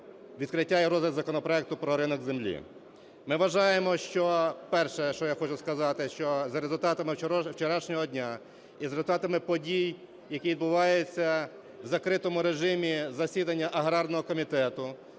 відкриття і розгляд законопроекту про ринок землі. Ми вважаємо, що, перше, що я хочу сказати, що за результатами вчорашнього дня і за результатами подій, які відбуваються в закритому режимі засідання аграрного комітету,